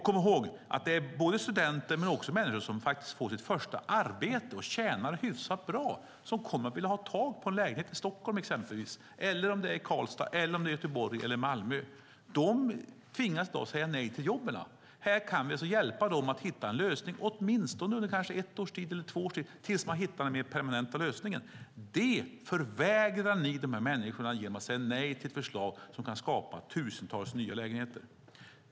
Kom ihåg att detta gäller inte bara studenter utan även människor som får sitt första arbete och ska tjäna hyfsat bra och som kommer att vilja ha tag på en lägenhet i exempelvis Stockholm, Karlstad, Göteborg eller Malmö. De tvingas säga nej till jobben. Här kan vi hjälpa dem att hitta en tillfällig lösning, för åtminstone ett eller två års tid, tills de hittar den permanenta lösningen. Det förvägrar ni dessa människor genom att säga nej till ett förslag som kan skapa tusentals nya lägenheter.